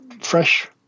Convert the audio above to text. fresh